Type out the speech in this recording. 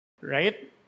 Right